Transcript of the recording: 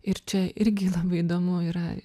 ir čia irgi labai įdomu yra